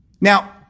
Now